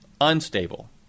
Unstable